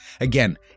Again